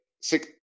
six